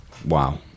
Wow